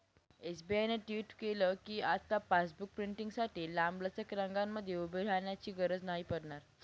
SBI ने tweet केल कीआता पासबुक प्रिंटींगसाठी लांबलचक रंगांमध्ये उभे राहण्याची गरज नाही पडणार